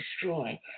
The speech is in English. destroy